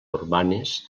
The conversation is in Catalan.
urbanes